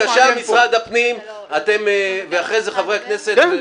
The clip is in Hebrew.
בבקשה, משרד הפנים, אחרי זה חברי הכנסת.